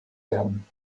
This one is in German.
werden